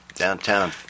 downtown